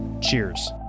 cheers